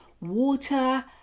water